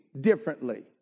differently